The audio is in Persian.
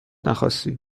نخواستی